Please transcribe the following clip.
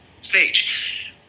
stage